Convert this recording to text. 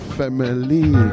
family